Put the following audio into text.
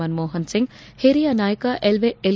ಮನಮೋಪನ್ ಸಿಂಗ್ ಓರಿಯ ನಾಯಕ ಎಲ್